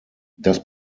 das